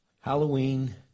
Halloween